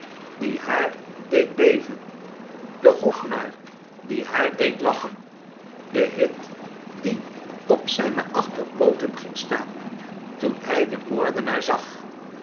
die haar deed beven de hofnar die haar deed lachen de hit die op zijne achterpooten ging staan toen hij den moordenaar zag